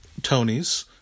Tonys